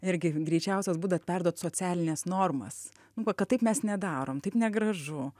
irgi greičiausias būdas perduot socialines normas nu va kad taip mes nedarom taip negražu